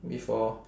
before